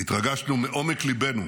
התרגשנו מעומק ליבנו